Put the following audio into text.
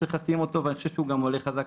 שצריך לשים אותו ואני חושב שהוא עולה חזק,